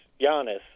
Giannis